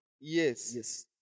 Yes